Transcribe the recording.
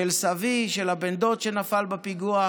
של סבי, של בן הדוד שנפל בפיגוע,